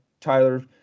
Tyler